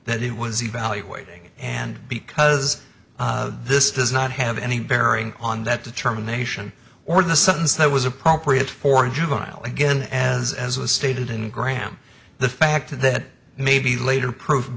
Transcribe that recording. that it was evaluating and because this does not have any bearing on that determination or the sentence that was appropriate for a juvenile again as as was stated in graham the fact that maybe later prove